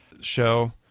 show